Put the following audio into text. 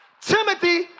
Timothy